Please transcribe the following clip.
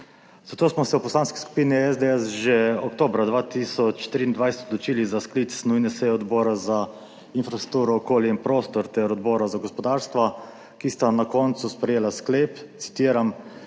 Zato smo se v Poslanski skupini SDS že oktobra 2023 odločili za sklic nujne seje Odbora za infrastrukturo, okolje in prostor ter Odbora za gospodarstvo, ki sta na koncu sprejela sklep, citiram: